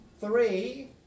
three